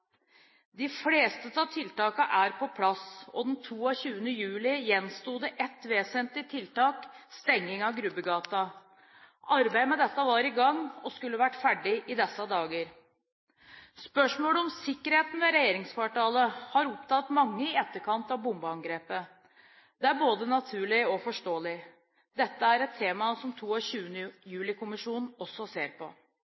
De fleste av tiltakene er på plass, og den 22. juli gjensto det ett vesentlig tiltak, stengningen av Grubbegata. Arbeidet med dette var i gang og skulle vært ferdig i disse dager. Spørsmålet om sikkerheten ved regjeringskvartalet har opptatt mange i etterkant av bombeangrepet. Det er både naturlig og forståelig. Dette er et tema som